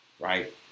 right